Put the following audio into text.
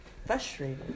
frustrated